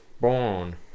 born